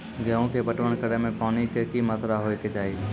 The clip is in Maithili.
गेहूँ के पटवन करै मे पानी के कि मात्रा होय केचाही?